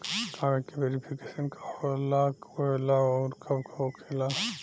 कागज के वेरिफिकेशन का हो खेला आउर कब होखेला?